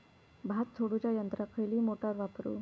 भात झोडूच्या यंत्राक खयली मोटार वापरू?